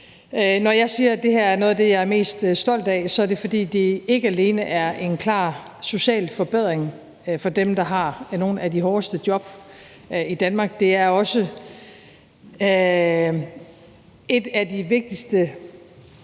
Når jeg siger, at det her er noget af det, jeg er mest stolt af, er det, fordi det ikke alene er en klar social forbedring for dem, der har nogle af de hårdeste job i Danmark, men også er et af de vigtigste